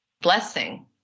blessing